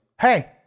hey